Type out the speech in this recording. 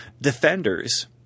Defenders